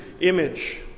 image